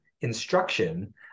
instruction